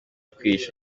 kwihisha